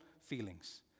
feelings